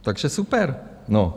Takže super, no.